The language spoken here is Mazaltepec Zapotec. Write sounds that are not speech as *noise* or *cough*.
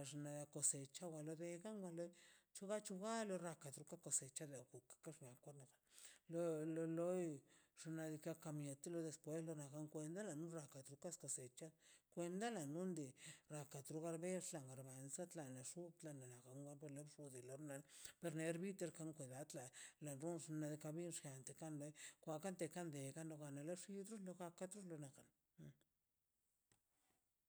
exna ko chabo le rrekan wa le chuba chuba de rrakan su cosechar uk ka xent lo lo loi xnaꞌ diikaꞌ ka mieti *unintelligible* cosecha na rrundi rraka tru ba nez tru garbanza na le xu tla ga lo ne xu mal per mi ti tlago xun kamin xete kan le kwa kan te kan de *unintelligible*